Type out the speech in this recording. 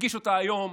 הגיש אותה היום